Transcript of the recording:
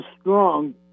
strong